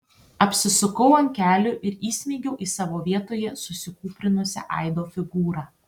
apsisukau ant kelių ir įsmeigiau į savo vietoje susikūprinusią aido figūrą